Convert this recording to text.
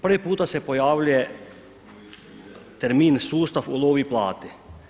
Prvi puta se pojavljuje termin sustav ulovi i plati.